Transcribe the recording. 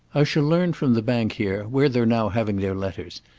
i shall learn from the bank here where they're now having their letters,